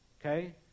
okay